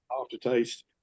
aftertaste